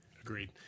Agreed